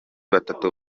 batatu